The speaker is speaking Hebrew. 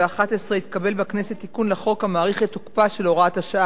התקבל בכנסת תיקון לחוק המאריך את תוקפה של הוראת השעה